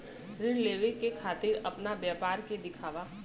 ऋण लेवे के खातिर अपना व्यापार के दिखावा?